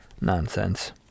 nonsense